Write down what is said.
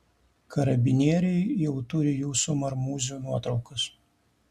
karabinieriai jau turi jūsų marmūzių nuotraukas